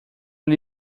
lhe